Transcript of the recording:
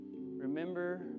Remember